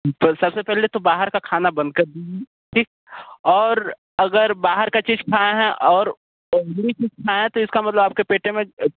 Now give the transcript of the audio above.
पर सबसे पहले तो बाहर का खाना बंद कर दीजिए ठीक और अगर बाहर का चीज खाए हैं और हैं तो इसका मतलब आपके पेट में